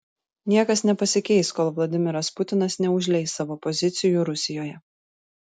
niekas nepasikeis kol vladimiras putinas neužleis savo pozicijų rusijoje